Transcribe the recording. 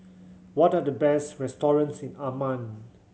what are the best restaurants in Amman